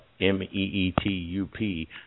M-E-E-T-U-P